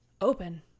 open